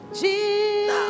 Jesus